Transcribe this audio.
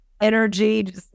energy